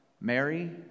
Mary